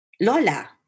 Lola